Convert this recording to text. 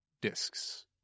discs